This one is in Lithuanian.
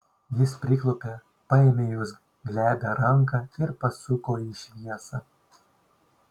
jis priklaupė paėmė jos glebią ranką ir pasuko į šviesą